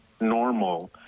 normal